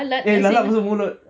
eh lalat masuk mulut